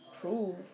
prove